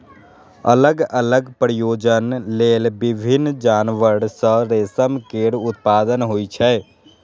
अलग अलग प्रयोजन लेल विभिन्न जानवर सं रेशम केर उत्पादन होइ छै